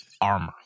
armor